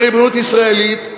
בריבונות ישראלית,